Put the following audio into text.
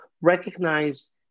recognize